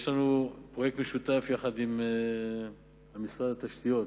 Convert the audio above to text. יש לנו פרויקט משותף יחד עם משרד התשתיות,